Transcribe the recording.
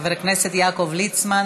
חבר הכנסת יעקב ליצמן.